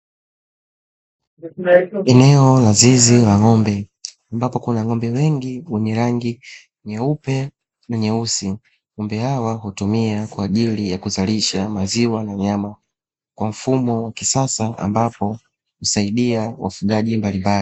Eneo la zizi la ng'ombe ambapo kuna ng'ombe wengi wenye rangi nyeupe na nyeusi, ng'ombe hawa hutumia kwa ajili ya kuzallisha maziwa na nyama kwa mfumo wa kisasa ambapo husaidia wafugaji mbalimbali.